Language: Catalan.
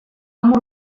amb